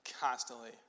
constantly